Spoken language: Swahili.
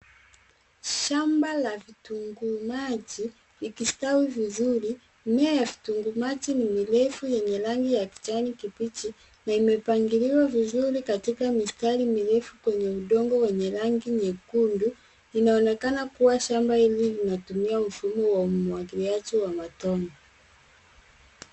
Shamba la vitunguu maji likistawi vizuri. Mimea ya vitunguu maji ni mirefu, yenye rangi ya kijani kibichi na imepangiliwa vizuri, katika mistari mirefu, kwenye udongo wenye rangi nyekundu. Inaonekana kuwa shamba hili, linatumia mfumo wa umwagiliaji wa matone.